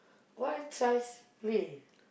why Child's Play